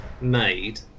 made